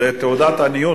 זו תעודת עניות.